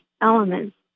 elements